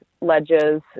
ledges